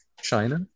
China